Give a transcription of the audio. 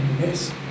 Yes